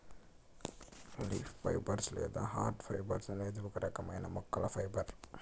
leaf fibres లేదా hard fibres అనేది ఒక రకమైన మొక్కల ఫైబర్